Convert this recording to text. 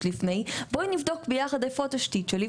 בואי נבדוק ביחד איפה התשתית שלי״.